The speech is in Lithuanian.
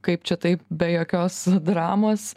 kaip čia taip be jokios dramos